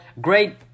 Great